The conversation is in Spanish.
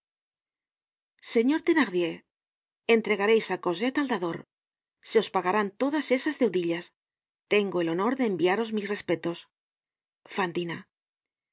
señor thenardier entregareis á cosette al dador se os pagarán todas esas deudillas tengo el honor de enviaros mis respetos fantina